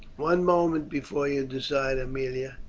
one moment before you decide, aemilia,